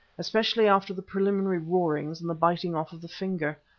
especially after the preliminary roarings and the biting off of the finger.